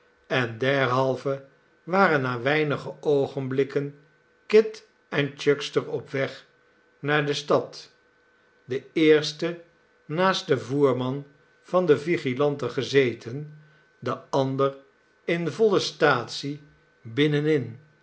en derhalve waren na weinige oogenblikken kit en chuckster op weg naar de stad de eerste naast den voerman van de vigilante gezeten de ander in voile staatsie binnenin